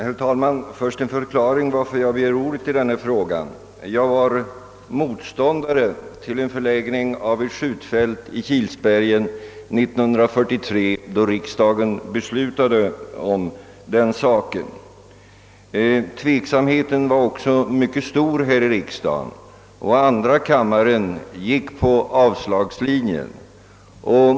Herr talman! Jag vill först lämna en förklaring till varför jag begärt ordet i denna fråga. Jag var motståndare till förläggning av ett skjutfält till Kilsbergen 1943 då riksdagen beslutade om den saken. Tveksamheten var också mycket stor i riksdagen, och andra kammaren gick på avslagslinjen.